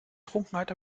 trunkenheit